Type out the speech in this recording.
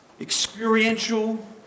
experiential